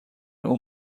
اون